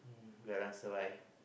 geylang serai